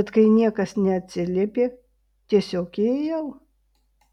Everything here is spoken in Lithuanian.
bet kai niekas neatsiliepė tiesiog įėjau